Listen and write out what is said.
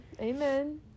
Amen